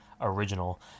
original